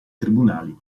tribunali